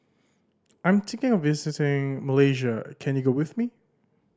I'm thinking of visiting Malaysia can you go with me